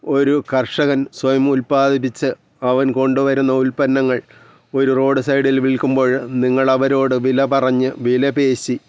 ഒരു കർഷകൻ സ്വയം ഉൽപ്പാദിപ്പിച്ച് അവൻ കൊണ്ടുവരുന്ന ഉൽപ്പന്നങ്ങൾ ഒരു റോഡ് സൈഡിൽ വിൽക്കുമ്പോൾ നിങ്ങൾ അവരോട് വില പറഞ്ഞ് വില പേശി